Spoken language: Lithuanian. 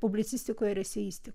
publicistikoj ir eseistikoj